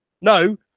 No